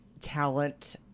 talent